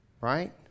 right